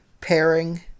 pairing